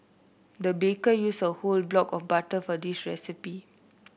the baker used a whole block of butter for this recipe